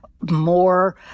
more